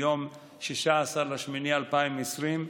מ-16 באוגוסט 2020,